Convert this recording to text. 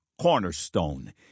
cornerstone